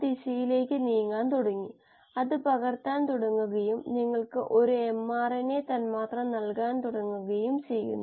പ്രശ്ന പരിഹാരങ്ങൾ ഉപയോഗപ്രദമാകുമെന്ന് പ്രതീക്ഷിക്കുന്നു